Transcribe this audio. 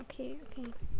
okay okay